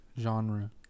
Genre